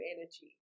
Energy